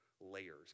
layers